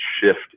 shift